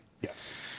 Yes